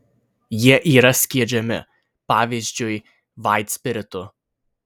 jie yra skiedžiami pavyzdžiui vaitspiritu